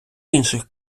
інших